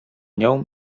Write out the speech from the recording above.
nią